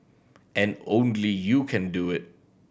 and only you can do it